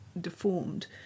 deformed